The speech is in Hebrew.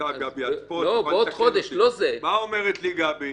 מה אומרת לי גבי?